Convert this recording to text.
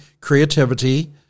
creativity